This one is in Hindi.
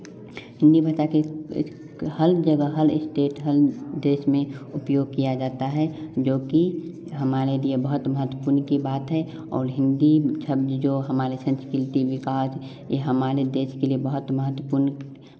हिंदी भाषा के हर जगह हर स्टेट हर देश में उपयोग किया जाता है जो कि हमारे लिए बहुत महत्वपूर्ण की बात है और हिंदी शब्द जो हमाले संस्क्रिति विकास यह हमारे देश के लिए बहुत महतव्पूर्ण